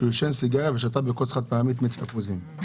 שעישן סיגריה ושתה בכוס חד-פעמית מיץ תפוזים.